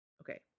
Okay